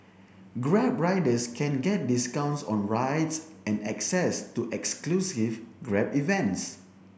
grab riders can get discounts on rides and access to exclusive Grab events